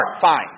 Fine